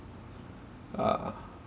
uh